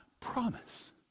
promise